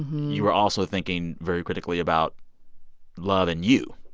you were also thinking very critically about love and you.